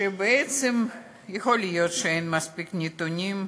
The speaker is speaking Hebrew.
שבעצם יכול להיות שאין מספיק נתונים.